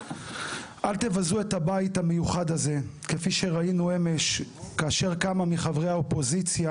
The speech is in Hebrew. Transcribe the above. אל תבזו את הבית המיוחד הזה כפי שראינו אמש כאשר כמה מחברי האופוזיציה